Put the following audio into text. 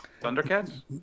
Thundercats